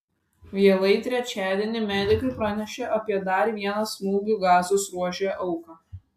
vėlai trečiadienį medikai pranešė apie dar vieną smūgių gazos ruože auką